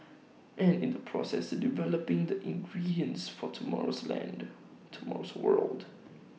and in the process developing the ingredients for tomorrow's land tomorrow's world